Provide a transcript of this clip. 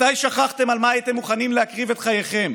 מתי שכחתם על מה הייתם מוכנים להקריב את חייכם?